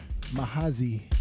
Mahazi